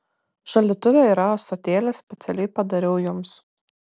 šaldytuve yra ąsotėlis specialiai padariau jums